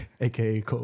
Aka